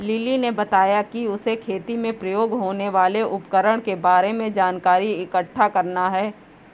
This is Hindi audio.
लिली ने बताया कि उसे खेती में प्रयोग होने वाले उपकरण के बारे में जानकारी इकट्ठा करना है